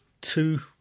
two